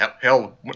Hell